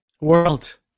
World